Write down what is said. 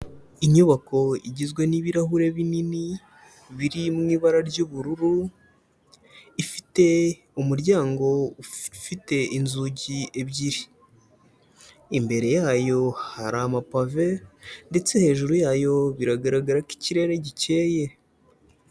Inyubako igizwe n'ibirahure binini biri mu ibara ry'ubururu, ifite umuryango ufite inzugi ebyiri, imbere yayo hari amapave ndetse hejuru yayo biragaragara ko ikirere gikeye.